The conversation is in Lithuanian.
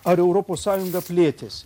ar europos sąjunga plėtėsi